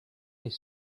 his